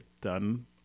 done